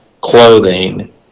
clothing